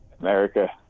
America